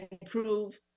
improve